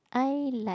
I like